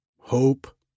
Hope